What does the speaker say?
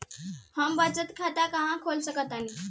हम बचत खाता कहां खोल सकतानी?